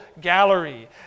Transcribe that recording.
gallery